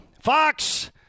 Fox